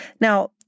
Now